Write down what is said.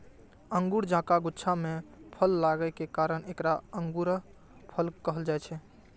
अंगूर जकां गुच्छा मे फल लागै के कारण एकरा अंगूरफल कहल जाइ छै